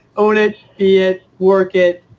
own it, be it, work it,